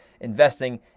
investing